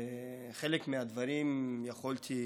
על חלק מהדברים יכולתי להסכים איתו,